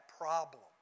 problem